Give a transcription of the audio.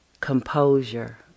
composure